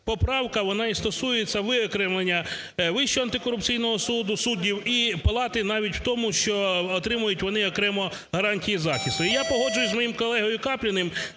поправка вона і стосується виокремлення Вищого антикорупційного суду суддів і палати навіть в тому, що отримують вони окремо гарантії захисту. Я погоджуюся з моїм колегою Капліним,